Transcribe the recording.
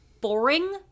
boring